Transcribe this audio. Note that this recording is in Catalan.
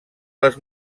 les